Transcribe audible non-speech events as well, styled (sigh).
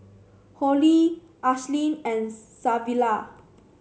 Hollie Ashlyn and (noise) Savilla